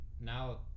now